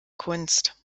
kunst